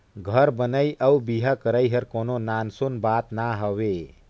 घर बनई अउ बिहा करई हर कोनो नान सून बात ना हवे